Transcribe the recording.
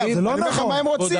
אני אומר לך מה הם רוצים.